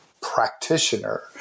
practitioner